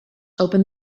open